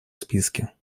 списке